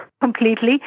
completely